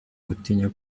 gutinya